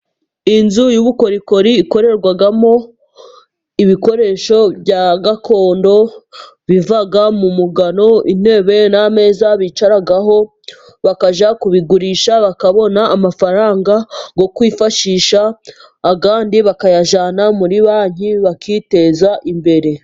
Inzu y'ubukorikori ikorerwamo ibikoresho bya gakondo, biva mu mugano, intebe n'ameza bicaraho, bakajya kubigurisha bakabona amafaranga yo kwifashisha, andi bakayajyana muri banki bakiteza imbere.